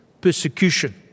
persecution